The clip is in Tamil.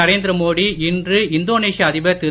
நரேந்திர மோடி இன்று இந்தோனேஷிய அதிபர் திரு